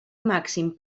màxim